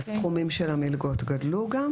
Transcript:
והסכומים של המלגות גדלו גם?